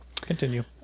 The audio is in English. continue